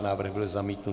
Návrh byl zamítnut.